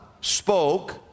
spoke